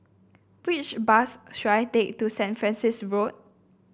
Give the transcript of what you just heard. which bus should I take to Saint Francis Road